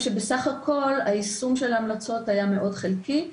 בסך הכל, היישום של ההמלצות היה מאוד חלקי.